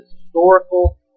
historical